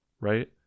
right